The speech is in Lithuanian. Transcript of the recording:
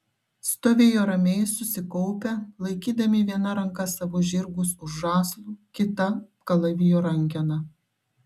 stovėjo ramiai susikaupę laikydami viena ranka savo žirgus už žąslų kita kalavijo rankeną